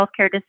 healthcare